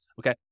Okay